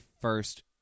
first